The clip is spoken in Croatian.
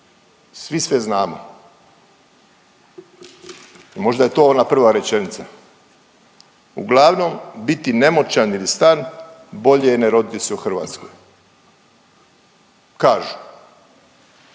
Svi sve znamo i možda je to ona prva rečenica, uglavnom biti nemoćan ili star bolje je ne roditi se u Hrvatskoj, kažu.